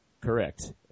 Correct